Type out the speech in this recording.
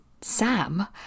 Sam